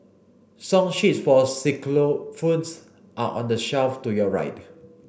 song sheets for xylophones are on the shelf to your right